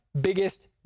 biggest